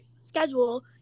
schedule